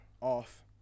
off